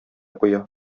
куя